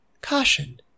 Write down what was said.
Caution